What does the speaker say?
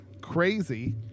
Crazy